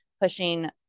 pushing